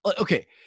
okay